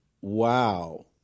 wow